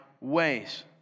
ways